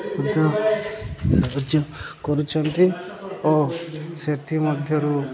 ମଧ୍ୟ ସାହାଯ୍ୟ କରୁଛନ୍ତି ଓ ସେଥି ମଧ୍ୟରୁ